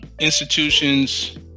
institutions